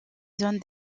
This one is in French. zone